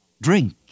Drink